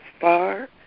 far